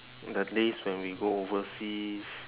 the days when we go overseas